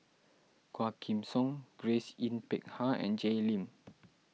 Quah Kim Song Grace Yin Peck Ha and Jay Lim